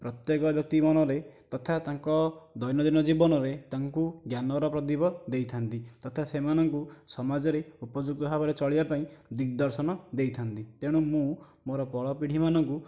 ପ୍ରତେକ ବ୍ୟକ୍ତି ମନରେ ତଥା ତାଙ୍କ ଦୈନଦିନ ଜୀବନରେ ତାଙ୍କୁ ଜ୍ଞାନର ପ୍ରଦୀପ ଦେଇଥାନ୍ତି ତଥା ସେମାନଙ୍କୁ ସମାଜରେ ଉପଯୁକ୍ତ ଭାବରେ ଚଳିବା ପାଇଁ ଦିଗ୍ଦର୍ଶନ ଦେଇଥାନ୍ତି ତେଣୁ ମୁଁ ମୋର ପର ପିଢ଼ିମାନଙ୍କୁ